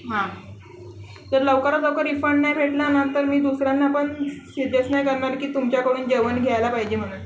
हां तर लवकरात लवकर रिफंड नाही भेटल्यानंतर मी दुसऱ्यांना पण सिर्जेस्ट नाही करणार की तुमच्याकडून जेवण घ्यायला पाहिजे म्हणत